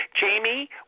Jamie